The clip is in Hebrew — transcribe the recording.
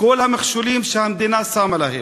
כל המכשולים שהמדינה שמה להם.